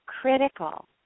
critical